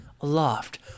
aloft